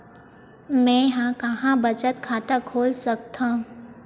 मेंहा कहां बचत खाता खोल सकथव?